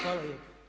Hvala lijepo.